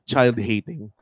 Child-hating